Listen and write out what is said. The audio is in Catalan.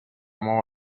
mou